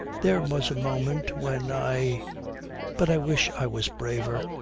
there was a moment when i but i wish i was braver.